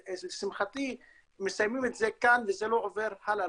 לשמחתי אנחנו מסיימים את זה כאן וזה לא עובר הלאה,